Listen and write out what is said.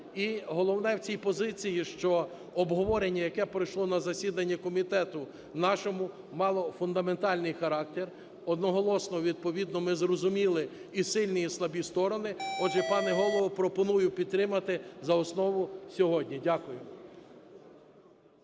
головне в цій позиції, що обговорення, яке пройшло на засіданні комітету нашого, мало фундаментальний характер, одноголосно, відповідно, ми зрозуміли і сильні, і слабі сторони. Отже, пане Голово, пропоную підтримати за основу сьогодні. Дякую.